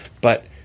but-